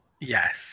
Yes